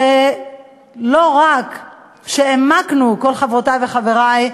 ולא רק שהעמקנו, כל חברותי וחברי,